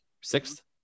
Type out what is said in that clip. sixth